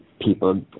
people